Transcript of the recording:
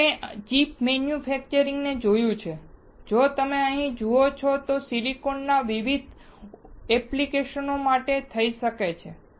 આપણે chip manufacturer ને જોયું છે જો તમે અહીં જુઓ છો તો સિલિકોનનો ઉપયોગ વિવિધ એપ્લિકેશનો માટે થઈ શકે છે